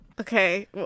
Okay